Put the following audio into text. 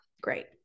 great